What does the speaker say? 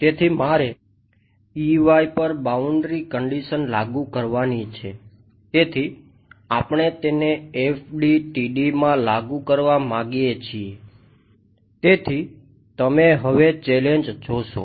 તેથી મારે પર બાઉન્ડ્રી જોશો